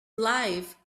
life